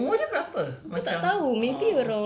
umur dia berapa macam oh